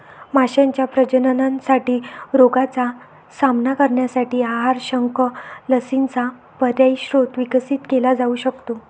माशांच्या प्रजननासाठी रोगांचा सामना करण्यासाठी आहार, शंख, लसींचा पर्यायी स्रोत विकसित केला जाऊ शकतो